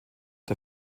der